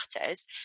matters